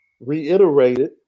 reiterated